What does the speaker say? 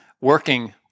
working